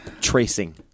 Tracing